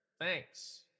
Thanks